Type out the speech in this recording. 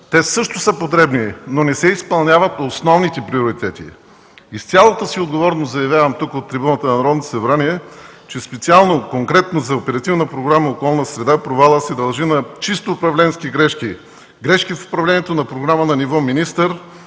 те също са потребни, но не се изпълняват основните приоритети. И с цялата си отговорност заявявам тук – от трибуната на Народното събрание, че специално, конкретно за Оперативна програма „Околна среда” провалът се дължи на чисто управленски грешки – грешки в управлението на програмата на ниво министър